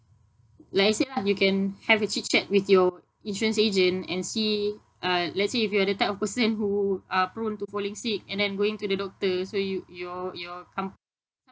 like I said lah you can have a chit chat with your insurance agent and see uh let's say if you are the type of person who are prone to falling sick and then going to the doctor so you your your com~